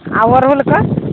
आ ओरहुलके